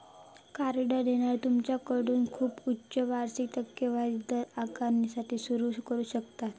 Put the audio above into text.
card देणारो तुमच्याकडसून खूप उच्च वार्षिक टक्केवारी दर आकारण्याची सुरुवात करू शकता